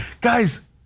Guys